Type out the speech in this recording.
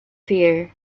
fear